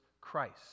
Christ